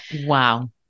Wow